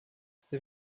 sie